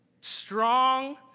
strong